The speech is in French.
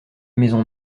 maison